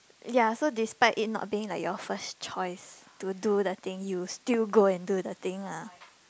ya so despite it not being like your first choice to do the thing you would still go and do the thing ah